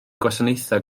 gwasanaethau